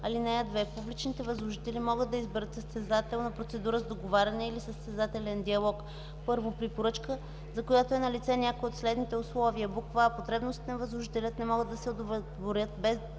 (2) Публичните възложители могат да изберат състезателна процедура с договаряне или състезателен диалог: 1. при поръчка, за която е налице някое от следните условия: а) потребностите на възложителя не могат да се удовлетворят без